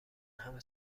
همه